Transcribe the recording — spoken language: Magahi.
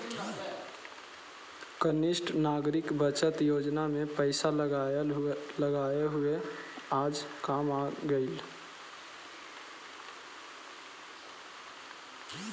वरिष्ठ नागरिक बचत योजना में पैसे लगाए हुए आज काम आ गेलइ